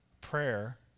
Prayer